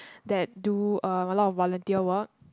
that do a lot of volunteer work